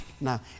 now